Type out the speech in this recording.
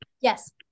Yes